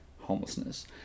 homelessness